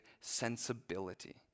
sensibility